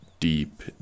Deep